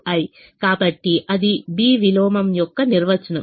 కాబట్టి అది B విలోమం యొక్క నిర్వచనం